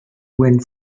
wind